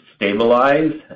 stabilize